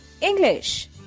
English